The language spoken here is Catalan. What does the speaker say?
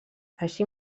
així